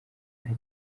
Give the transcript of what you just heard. nta